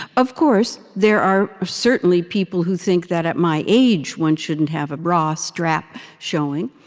of course, there are are certainly people who think that at my age, one shouldn't have a bra strap showing.